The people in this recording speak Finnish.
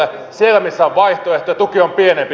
siellä missä on vaihtoehtoja tuki on pienempi